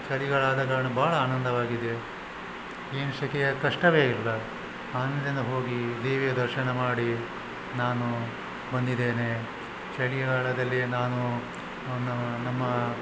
ಚಳಿಗಾಲ ಆದ ಕಾರಣ ಬಹಳ ಆನಂದವಾಗಿದೆ ಏನು ಸೆಕೆಯ ಕಷ್ಟವೇ ಇಲ್ಲ ಆನಂದದಿಂದ ಹೋಗಿ ದೇವಿಯ ದರ್ಶನ ಮಾಡಿ ನಾನು ಬಂದಿದ್ದೇನೆ ಚಳಿಗಾಲದಲ್ಲಿ ನಾನು ನಮ್ಮ